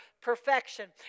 perfection